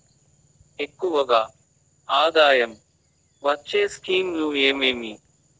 ఎక్కువగా ఆదాయం వచ్చే స్కీమ్ లు ఏమేమీ?